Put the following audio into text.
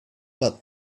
but